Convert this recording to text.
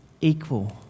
equal